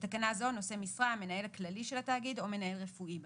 התקנה זו "נושא משרה" המנהל הכללי של התאגיד או מנהל רפואי בתאגיד.